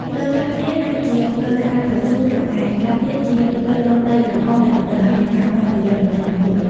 ផ្លូវខ្លះទៀតអាចជាផ្លូវក្រាលកៅស៊ូ ឯខ្លះទៀតជាផ្លូវលំដីក្រហមដែលតម្រូវឲ្យមានការប្រុងប្រយ័ត្នបន្តិចបន្តួច។